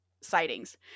sightings